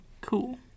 cool